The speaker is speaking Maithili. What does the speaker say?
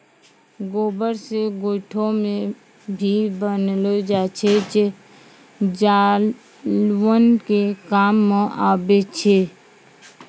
गोबर से गोयठो भी बनेलो जाय छै जे जलावन के काम मॅ आबै छै